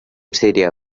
syria